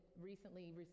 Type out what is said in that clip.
recently